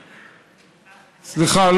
סליחה,